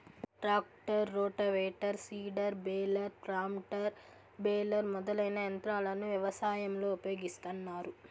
tractor, rotavator, seeder, baler, planter, baler మొదలైన యంత్రాలను వ్యవసాయంలో ఉపయోగిస్తాన్నారు